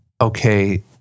okay